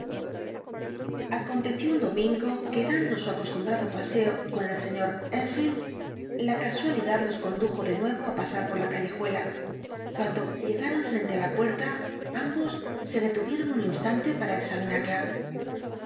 aconteció un domingo que dando su acostumbrado paseo con el sr enfield la casualidad los condujo de nuevo á pasar por la callejuela cuando llegaron frente á la puerta ambos se detuvieron un instante para examinarla